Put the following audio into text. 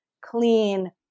clean